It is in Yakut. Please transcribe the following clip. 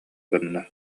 гынна